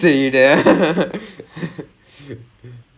அதான்:athaan dey என்னடா சொன்னிங்கே:ennadaa sonningae